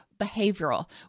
behavioral